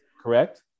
Correct